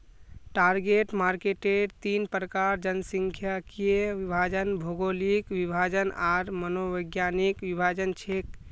target मार्केटेर तीन प्रकार जनसांख्यिकीय विभाजन, भौगोलिक विभाजन आर मनोवैज्ञानिक विभाजन छेक